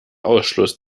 ausschluss